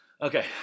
Okay